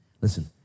Listen